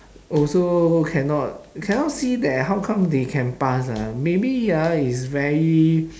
also cannot cannot see that how come they can pass ah maybe ah is very